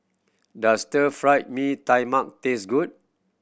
does Stir Fry Mee Tai Mak taste good